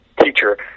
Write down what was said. teacher